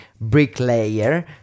bricklayer